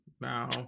Now